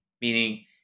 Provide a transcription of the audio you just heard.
meaning